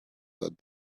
that